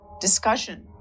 discussion